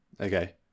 Okay